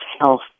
Health